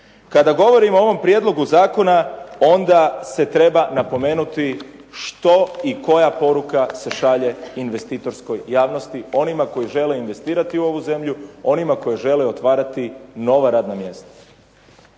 Kada govorimo o ovom prijedlogu zakona onda se treba napomenuti što i koja poruka se šalje investitorskoj javnosti, onima koji žele investirati u ovu zemlju, onima koji žele otvarati nova radna mjesta.